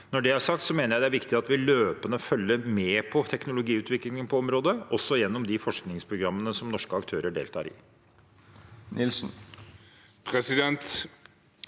Når det er sagt, mener jeg det er viktig at vi løpende følger med på teknologiutviklingen på området, også gjennom de forskningsprogrammene som norske aktører deltar i.